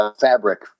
fabric